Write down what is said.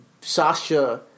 Sasha